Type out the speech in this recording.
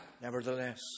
Nevertheless